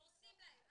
הורסים להם,